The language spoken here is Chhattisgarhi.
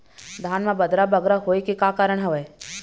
धान म बदरा बगरा होय के का कारण का हवए?